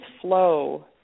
flow